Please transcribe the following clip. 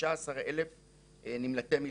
ל-15,000 נמלטי מלחמה.